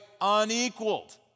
unequaled